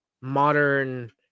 modern